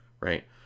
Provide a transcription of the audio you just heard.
right